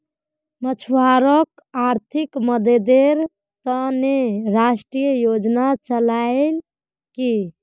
मछुवारॉक आर्थिक मददेर त न राष्ट्रीय योजना चलैयाल की